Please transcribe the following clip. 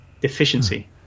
deficiency